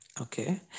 Okay